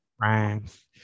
rhymes